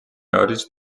არის